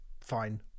fine